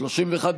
לא נתקבלה.